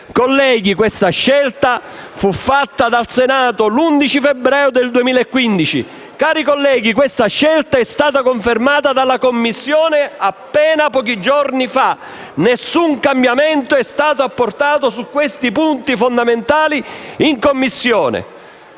Colleghi, questa scelta fu fatta dal Senato l'11 febbraio 2015. Cari colleghi, questa scelta è stata confermata dalla Commissione appena pochi giorni fa; nessun cambiamento è stato apportato su questi punti fondamentali in Commissione;